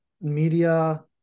media